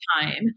time